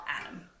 Adam